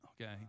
okay